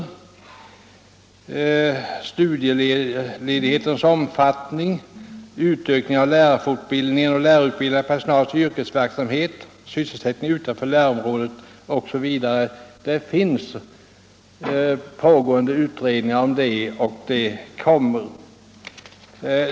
Utredningar pågår om studieledighetens omfattning nu och vid planerad utökning av lärarfortbildningen, lärarutbildad personals yrkesverksamhetsgrad och sysselsättning utanför lärarområdet osv., och mera kommer.